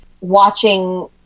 watching